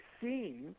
seeing